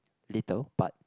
little but